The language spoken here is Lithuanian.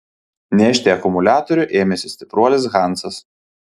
nešti akumuliatorių ėmėsi stipruolis hansas